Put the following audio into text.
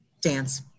Dance